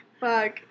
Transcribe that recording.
Fuck